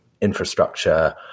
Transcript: infrastructure